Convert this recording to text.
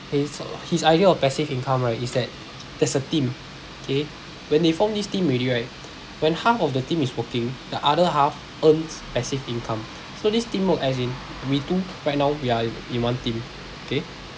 his his idea of passive income right is that there's a team okay when they form this team already right when half of the team is working the other half earns passive income so this team work as in we two right now we are in one team okay